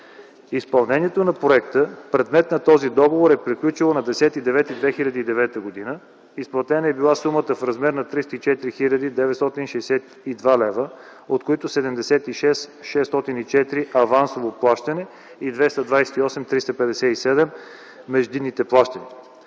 Изпълнението на проекта, предмет на този договор, е приключило на 10.09.2009 г. Изплатена е била сумата в размер на 304 хил. 962 лв., от които 76 хил. 604 лв. авансово плащане и 228 хил. 357 лв. междинни плащания.